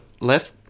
left